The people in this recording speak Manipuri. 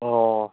ꯑꯣ